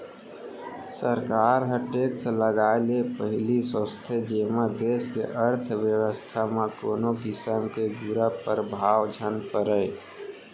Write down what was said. सरकार ह टेक्स लगाए ले पहिली सोचथे जेमा देस के अर्थबेवस्था म कोनो किसम के बुरा परभाव झन परय